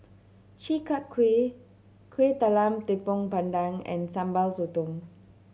Chi Kak Kuih Kueh Talam Tepong Pandan and Sambal Sotong